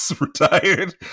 retired